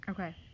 Okay